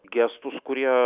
gestus kurie